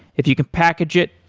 if you can package it,